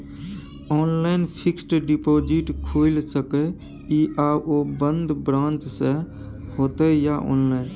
Online fixed deposit खुईल सके इ आ ओ बन्द ब्रांच स होतै या ऑनलाइन?